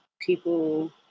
people